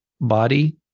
body